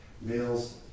Males